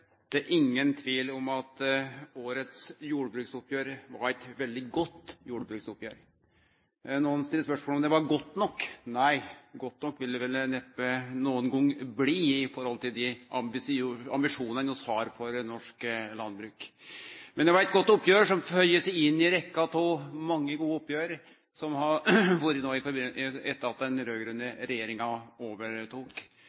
Det er ingen tvil om at årets jordbruksoppgjer var eit veldig godt jordbruksoppgjer. Nokre stiller spørsmål ved om det var godt nok. Nei, godt nok vil det vel neppe nokon gong bli i forhold til dei ambisjonane vi har for norsk landbruk. Men det var eit godt oppgjer som føyer seg inn i rekka av mange gode oppgjer som har vore etter at den